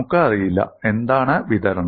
നമുക്ക് അറിയില്ല എന്താണ് വിതരണം